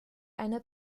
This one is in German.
eine